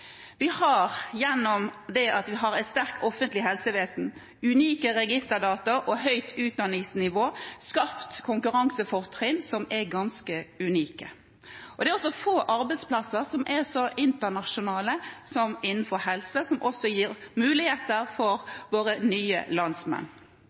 Vi har ved at vi har et sterkt offentlig helsevesen, unike registerdata og høyt utdanningsnivå, skapt konkurransefortrinn som er ganske unike. Det er også få arbeidsplasser som er så internasjonale som innenfor helse, som også gir muligheter